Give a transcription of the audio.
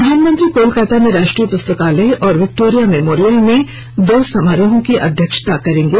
प्रधानमंत्री कोलकाता में राष्ट्रीय पुस्तकालय और विक्टोरिया मेमोरियल में दो समारोहों की अध्यक्षता करेंगे